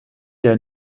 der